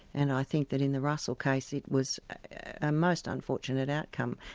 and i think that in the russell case it was a most unfortunate outcome,